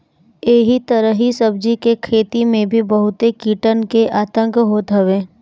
एही तरही सब्जी के खेती में भी बहुते कीटन के आतंक होत हवे